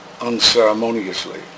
unceremoniously